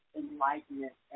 enlightenment